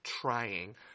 trying